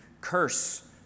curse